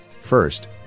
First